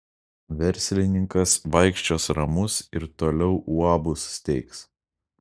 verslininkas vaikščios ramus ir toliau uabus steigs